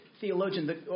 theologian